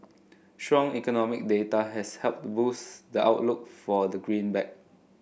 strong economic data has helped boost the outlook for the greenback